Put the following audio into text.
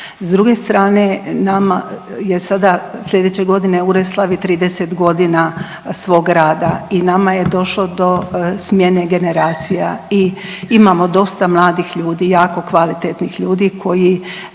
nama je sada sljedeće godine Ured slavi 30 godina svog rada i nama je došlo do smjene generacija i imamo dosta mladih ljudi, jako kvalitetnih ljudi koji